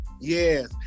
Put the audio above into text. Yes